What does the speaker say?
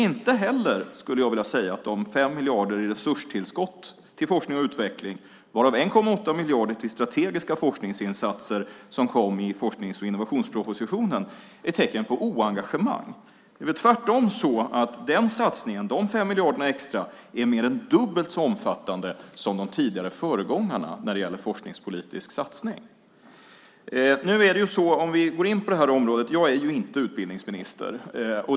Inte heller skulle jag vilja säga att de 5 miljarderna i resurstillskott till forskning och utveckling, varav 1,8 miljarder till strategiska forskningsinsatser, som kom i forsknings och innovationspropositionen är tecken på oengagemang. Det är tvärtom så att den satsningen, de 5 miljarderna extra, är mer än dubbelt så omfattande som föregångarna när det gäller forskningspolitisk satsning. Nu är det ju så, om vi går in på det här området, att jag inte är utbildningsminister.